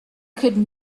could